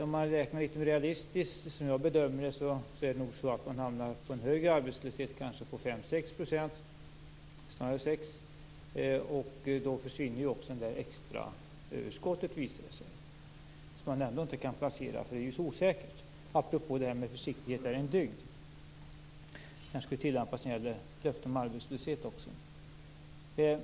Om man räknar litet mer realistiskt, som jag bedömer det, hamnar man nog på en högre arbetslöshet - kanske på 5-6 %, snarare 6. Då visar det sig ju också att de extra överskotten försvinner. Man kan ju ändå inte placera dem eftersom de är så osäkera. Det var apropå detta att försiktighet är en dygd. Det skulle kanske tillämpas när det gäller löften om arbetslöshet också.